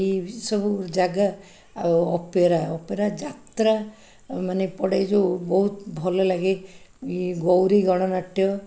ଏଇ ସବୁ ଜାଗା ଆଉ ଅପେରା ଅପେରା ଯାତ୍ରା ମାନେ ପଡ଼େ ଯେଉଁ ବହୁତ ଭଲ ଲାଗେ ଗୌରୀ ଗଣନାଟ୍ୟ